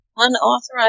unauthorized